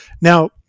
Now